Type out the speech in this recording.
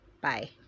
bye